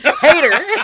Hater